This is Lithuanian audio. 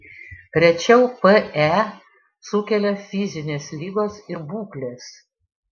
rečiau pe sukelia fizinės ligos ir būklės